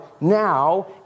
now